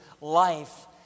life